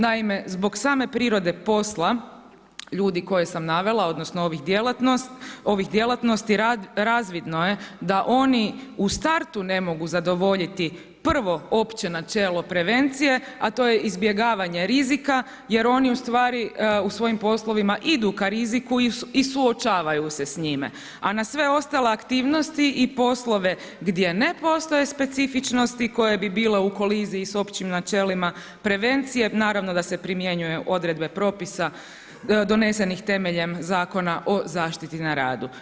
Naime, zbog same prirode posla, ljudi koje sam navela odnosno ovih djelatnosti, razvodno je da oni u startu ne mogu zadovoljiti prvo opće načelo prevencije a to je izbjegavanje rizika jer oni ustvari u svojim poslovima idu ka riziku i suočavaju se s njime a na sve ostale aktivnosti i poslove gdje ne postoje specifičnosti koje bi bile u koliziji sa općim načelima prevencije, naravno da se primjenjuje odredbe propisa donesenih temeljem Zakona o zaštiti na radu.